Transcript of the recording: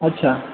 अच्छा